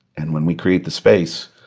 and when we create the space,